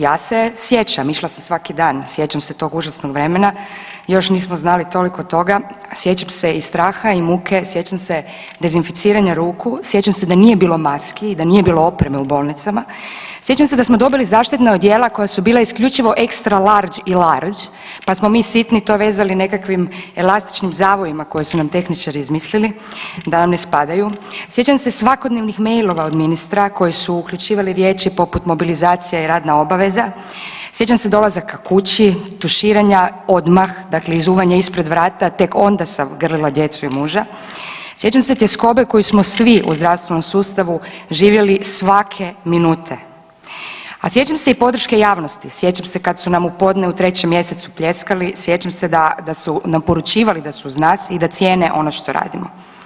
Ja se sjećam, išla sam svaki dan, sjećam se tog užasnog vremena, još nismo znali toliko toga, sjećam se i straha i muke, sjećam se dezinficiranja ruku, sjećam se da nije bilo maski i da nije bilo opreme u bolnicama, sjećam se da smo dobili zaštitna odjela koja su bila isključivo ekstra large i large, pa smo mi sitni to vezali nekakvim elastičnim zavojima koje su nam tehničari izmislili da nam ne spadaju, sjećam se svakodnevnih mailova od ministra koji su uključivali riječi poput mobilizacija i radna obaveza, sjećam se dolazaka kući, tuširanja odmah, dakle izuvanja ispred vrata, tek onda sam grlila djecu i muža, sjećam se tjeskobe koju smo svi u zdravstvenom sustavu živjeli svake minute, a sjećam se i podrške javnosti, sjećam se kad su nam u podne u 3. mjesecu pljeskali, sjećam se da, da su nam poručivali da su uz nas i da cijene ono što radimo.